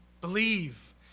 Believe